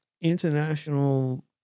international